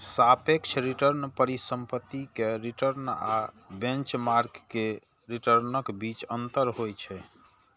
सापेक्ष रिटर्न परिसंपत्ति के रिटर्न आ बेंचमार्क के रिटर्नक बीचक अंतर होइ छै